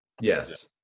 Yes